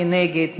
מי נגד?